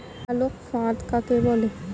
আলোক ফাঁদ কাকে বলে?